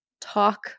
talk